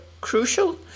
crucial